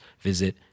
visit